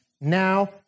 now